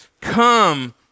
Come